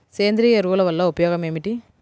సేంద్రీయ ఎరువుల వల్ల ఉపయోగమేమిటీ?